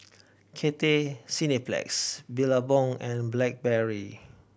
Cathay Cineplex Billabong and Blackberry